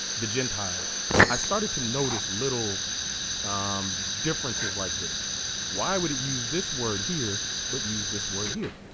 the gentiles i started to notice little differences like this why would it use this word here but use this word here